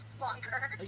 longer